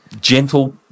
gentle